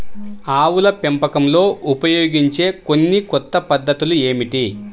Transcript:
ఆవుల పెంపకంలో ఉపయోగించే కొన్ని కొత్త పద్ధతులు ఏమిటీ?